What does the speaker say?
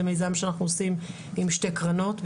זה מיזם שאנחנו עושים עם שתי קרנות.